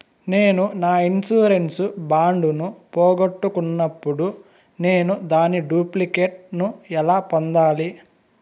నేను నా insurance bond ను పోగొట్టుకున్నప్పుడు నేను దాని డూప్లికేట్ ను ఎలా పొందాలి?